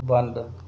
ਬੰਦ